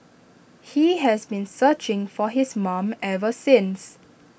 he has been searching for his mom ever since